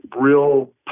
real